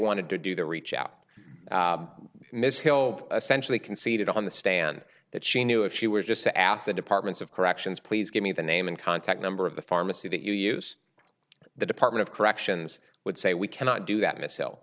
wanted to do the reach out ms hill essentially conceded on the stand that she knew if she was just to ask the department of corrections please give me the name and contact number of the pharmacy that you use the department of corrections would say we cannot do that mi